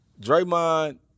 Draymond